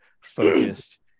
focused